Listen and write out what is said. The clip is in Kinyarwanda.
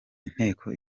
inteko